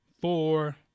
four